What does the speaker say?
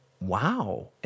wow